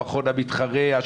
המכון המתחרה,